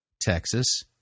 texas